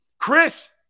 Chris